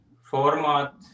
format